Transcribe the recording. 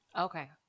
Okay